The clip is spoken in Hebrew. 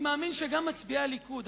אני מאמין שגם מצביעי הליכוד,